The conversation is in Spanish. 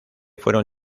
fueron